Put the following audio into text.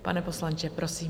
Pane poslanče, prosím.